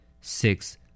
Six